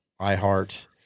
iHeart